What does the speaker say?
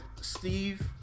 Steve